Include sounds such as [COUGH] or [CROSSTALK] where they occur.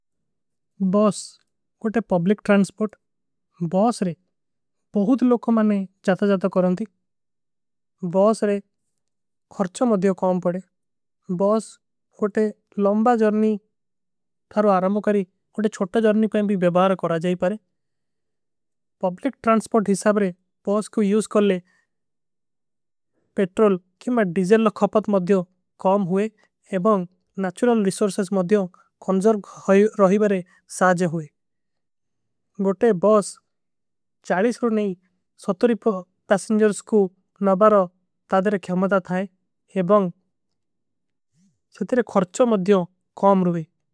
ବସ କୋଟେ public transport bus ରେ ବହୁତ ଲୋଗ କୋ ମାନେ ଜାତା। ଜାତା କରନ ଥୀ ବସ ରେ ଖର୍ଛ ମେଂ କାମ ପଡେ ବସ କୋଟେ ଲଂବା ଜର୍ନୀ ଥାରୋ। ଆରମୋ କରୀ କୋଟେ ଛଟା ଜର୍ନୀ କାମ ଭୀ ଵେବାର କରା ଜାଈ ପାରେ ପବଲିକ। ଟ୍ରେଂସପୋଟ ହିସାବ ରେ ବସ କୋ ଯୂଜ କର ଲେ ପେଟ୍ରୋଲ କୀମା ଡିଜଲ ଲଖାପତ। ମଧ୍ଯୋଂ କାମ ହୁଏ ଏବଂଗ ନାଚୁରଲ ରିସୌର୍ସେଜ ମଧ୍ଯୋଂ କୌଂଜର୍ଵ। [HESITATION] ରହିବରେ ସାଜେ ହୁଏ ଗୋଟେ ବସ ଚାରୀଶରୋ ନହୀଂ ସତୁରୀପ ଟାସଂଜର୍ସ କୂ। ନଵାରୋ ତାଦରେ କ୍ଯାମଦା ଥାଈ ଏବଂଗ ସତୁରେ ଖର୍ଚୋ ମଧ୍ଯୋଂ କାମ ରୁଵେ।